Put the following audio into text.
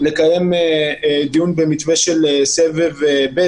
לקיים דיון במתווה של סבב ב',